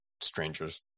stranger's